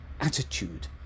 attitude